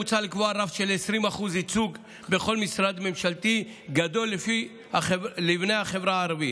מוצע לקבוע רף של 20% ייצוג בכל משרד ממשלתי גדול לבני החברה הערבית,